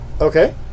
Okay